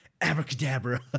abracadabra